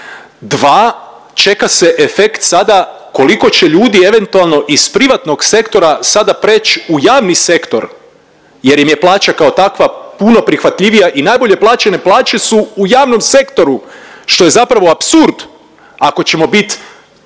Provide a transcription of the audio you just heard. Dva, čeka se efekt sada koliko će ljudi eventualno iz privatnog sektora sada preć u javni sektor jer im je plaća kao takva puno prihvatljivija i najbolje plaćene plaće su u javnom sektoru, što je zapravo apsurd ako ćemo bit